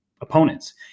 opponents